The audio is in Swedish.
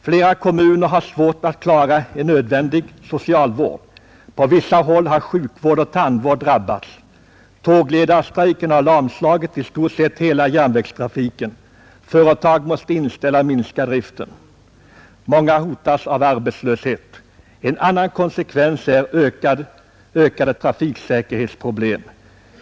Många kommuner har svårt att klara en nödvändig socialvård. På vissa håll har sjukvård och tandvård drabbats. Tågledarstrejken har lamslagit i stort sett hela järnvägstrafiken. Företag måste inställa eller minska driften. Många hotas av arbetslöshet. En annan konsekvens är ökade trafiksäkerhetsproblem.